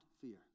fear